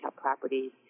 properties